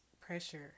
pressure